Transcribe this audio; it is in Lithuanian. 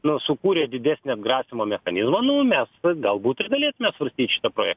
nu sukūrę didesnį atgrasymo mechanizmą nu mes galbūt ir galėtume svarstyt šitą projektą